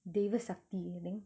தெய்வ சக்தி:theiva sakthi I think